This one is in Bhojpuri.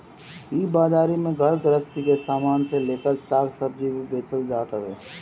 इ बाजारी में घर गृहस्ती के सामान से लेकर साग सब्जी भी बेचल जात हवे